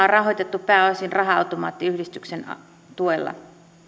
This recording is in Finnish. on rahoitettu pääosin raha automaattiyhdistyksen tuella